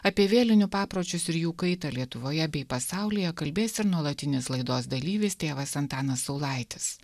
apie vėlinių papročius ir jų kaitą lietuvoje bei pasaulyje kalbės ir nuolatinis laidos dalyvis tėvas antanas saulaitis